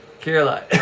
Caroline